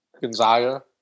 Gonzaga